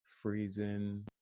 freezing